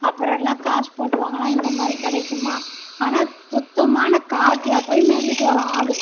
அப்புறோம் எல்லாம் காசு போட்டு வாங்குனா இந்த மாதிரி கிடைக்குமா ஆனால் சுத்தமான காட்டில் போய் மேஞ்சிவிட்டு வரும் ஆடு